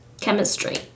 Chemistry